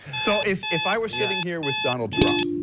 so if if i were sitting here with donald trump.